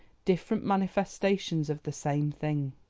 different manifestations of the same thing.